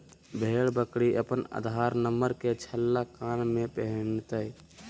भेड़ बकरी अपन आधार नंबर के छल्ला कान में पिन्हतय